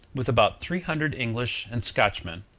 with about three hundred english and scotchmen,